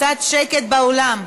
קצת שקט באולם.